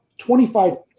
25%